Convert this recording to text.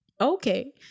Okay